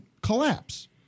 collapse